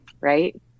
Right